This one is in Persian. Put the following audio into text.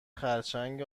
خرچنگ